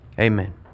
Amen